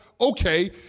Okay